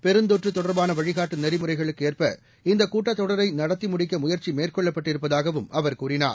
பெருந்தொற்று தொடர்பாள வழிகாட்டு நெறிமுறைகளுக்கு ஏற்ப இந்த கூட்டத் தொடரை நடத்தி முடிக்க முயற்சி மேற்கொள்ளப்பட்டிருப்பதாகவும் அவர் கூறினார்